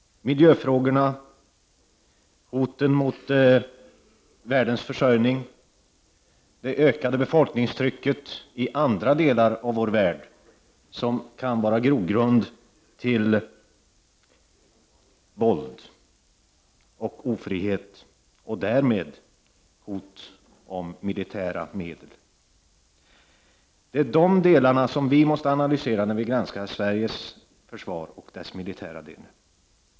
Miljöfrågorna, hoten när det gäller försörjningen av världens människor och det ökade befolkningstrycket i andra delar av vår värld kan vara en grogrund för våld och ofrihet och därmed för hot om militära medel. Det är de delarna som vi måste analysera när vi granskar Sveriges försvar, den militära delen.